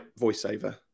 voiceover